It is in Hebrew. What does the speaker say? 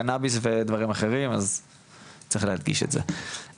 קנאביס ודברים אחרים אז צריך להדגיש את זה.